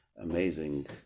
amazing